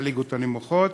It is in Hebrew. הליגות הנמוכות,